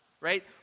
Right